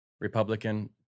Republican